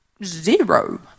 Zero